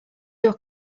your